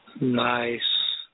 Nice